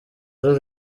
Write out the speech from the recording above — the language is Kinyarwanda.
uru